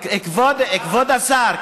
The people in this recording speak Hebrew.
כבוד השר,